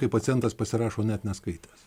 kai pacientas pasirašo net neskaitęs